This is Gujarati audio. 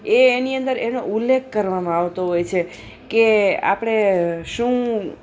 એ એની અંદર એનો ઉલ્લેખ કરવામાં આવતો હોય છે કે આપણે શું